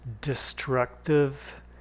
destructive